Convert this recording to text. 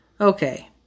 Okay